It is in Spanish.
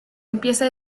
empieza